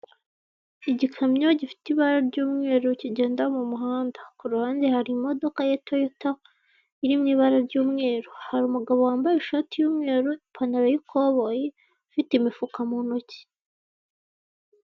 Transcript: Igikamyo gifite ibara ry'umweru kigenda mu muhanda kuruhande hari imodoka ya toyota iri mu ibara ry'umweru hari umugabo wambaye ishati y'umweru, ipantaro y'ikoboyi ufite umufuka mu ntoki.